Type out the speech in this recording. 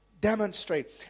demonstrate